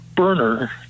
burner